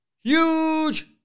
huge